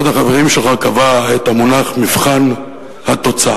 אחד החברים שלך קבע את המונח "מבחן התוצאה",